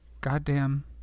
goddamn